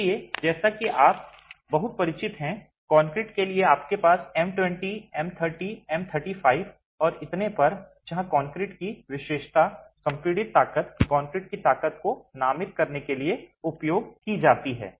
इसलिए जैसा कि आप बहुत परिचित हैं कंक्रीट के लिए आपके पास एम 20 एम 30 एम 35 और इतने पर जहां कंक्रीट की विशेषता संपीड़ित ताकत कंक्रीट की ताकत को नामित करने के लिए उपयोग की जाती है